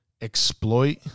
Exploit